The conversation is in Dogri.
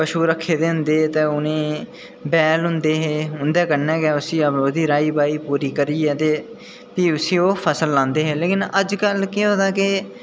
पशु रक्खे दे होंदे हे ते उ'नेंगी बैल होंदे हे ते उं'दे कन्नै गै राही बाही पूरी करियै ते प्ही उसी ओह् फसल लांदे हे लेकिन अज्जकल केह् होए दा के